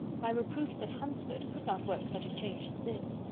my reproofs at hunsford could not work such a change as this.